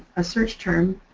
a search term,